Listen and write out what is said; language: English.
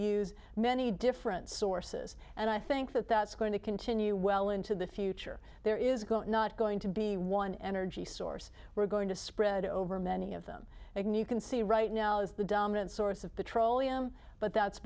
use many different sources and i think that that's going to continue well into the future there is not going to be one energy source we're going to spread over many of them can see right now as the dominant source of petroleum but that's